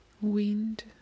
wind